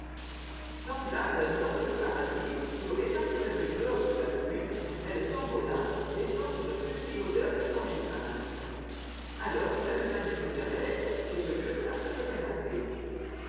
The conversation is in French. semblable à un oiseau de paradis qui aurait passé la nuit dehors sous la pluie elle s'envola laissant une subtile odeur de frangipane alors il alluma une cigarette et se jeta sur le canapé